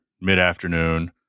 mid-afternoon